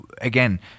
again